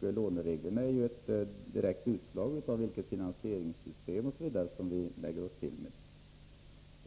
Lånereglerna är ett direkt utslag av det finansieringssystem som vi lägger oss till med.